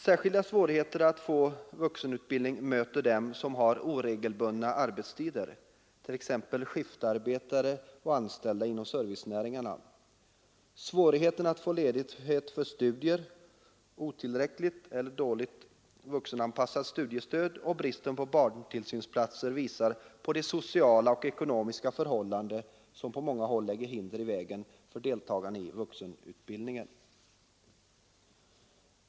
Särskilda svårigheter att få vuxenutbildning möter dem som har oregelbundna arbetstider, t.ex. skiftarbetare och anställda inom servicenäringen. Svårigheten att få ledigt för studier, otillräckligt eller dåligt vuxenanpassat studiestöd och bristen på barntillsynsplatser visar på de sociala och ekonomiska förhållanden, som på många håll lägger hinder i vägen för deltagande i vuxenutbildningen.